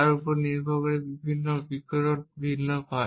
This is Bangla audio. তার উপর নির্ভর করে বিকিরণ ভিন্ন হয়